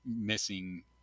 missing